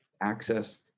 access